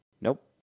Nope